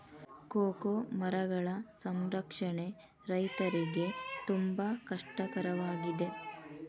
cocoa ಮರಗಳ ಸಂರಕ್ಷಣೆ ರೈತರಿಗೆ ತುಂಬಾ ಕಷ್ಟ ಕರವಾಗಿದೆ